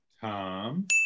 Tom